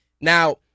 Now